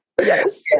Yes